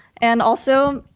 and also,